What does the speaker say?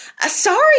sorry